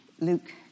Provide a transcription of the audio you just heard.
Luke